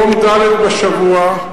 יום ד' בשבוע,